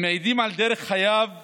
הם מעידים על דרך חייו